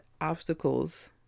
obstacles